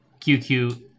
QQ